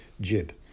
Jib